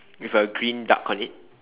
with a green duck on it